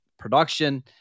production